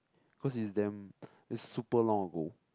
cause it's damn it's super long ago